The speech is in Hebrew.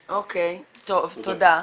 תודה.